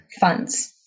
funds